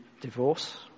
divorce